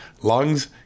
lungs